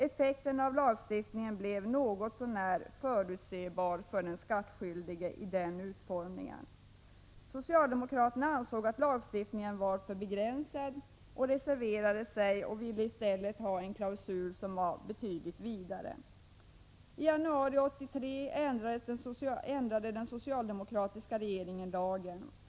Effekten av lagstiftningen blev något så när förutsebar för den skattskyldige i den utformningen. Socialdemokraterna ansåg att lagstiftningen var för begränsad och reserverade sig till förmån för en betydligt vidare klausul. I januari 1983 ändrade den socialdemokratiska regeringen lagen.